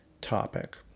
topic